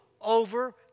over